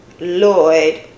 Lloyd